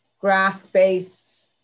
grass-based